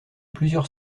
plusieurs